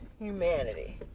Humanity